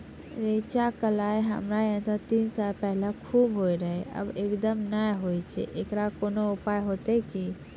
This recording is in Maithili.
रेचा, कलाय हमरा येते तीस साल पहले खूब होय रहें, अब एकदम नैय होय छैय तऽ एकरऽ कोनो उपाय हेते कि?